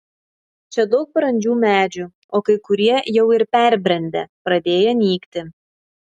čia daug brandžių medžių o kai kurie jau ir perbrendę pradėję nykti